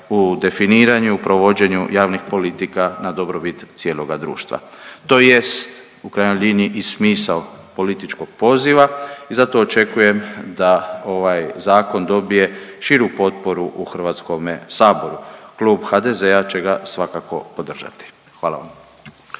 u definiranju i provođenju javnih politika na dobrobit cijeloga društva. To i jest u krajnjoj liniji i smisao političkog poziva i zato očekujem da ovaj zakon dobije širu potporu u Hrvatskome saboru. Klub HDZ-a će ga svakako podržati. Hvala vam.